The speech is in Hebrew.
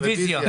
רוויזיה.